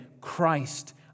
Christ